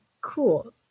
Cool